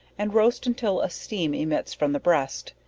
and roast until a steam emits from the breast,